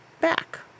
back